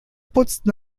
putzte